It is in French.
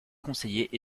conseillers